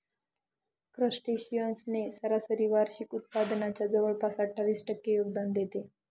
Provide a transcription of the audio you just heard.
crustaceans ने सरासरी वार्षिक उत्पादनाच्या जवळपास अठ्ठावीस टक्के योगदान देते